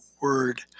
word